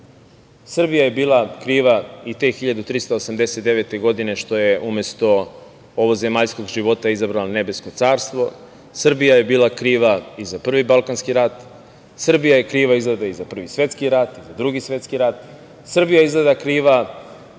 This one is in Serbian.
sve. Srbija je bila kriva i te 1389. godine što je umesto ovozemaljskog života izabrala nebesko carstvo. Srbija je bila kriva i za Prvi Balkanski rat. Srbija je kriva izgleda i za Prvi svetski rat, Drugi svetski rat. Srbija je